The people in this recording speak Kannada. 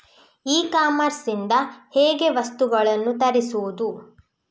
ಇ ಕಾಮರ್ಸ್ ಇಂದ ಹೇಗೆ ವಸ್ತುಗಳನ್ನು ತರಿಸುವುದು?